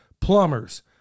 plumbers